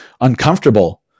uncomfortable